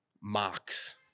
mocks